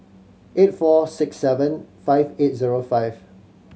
eight four six seven five eight zero five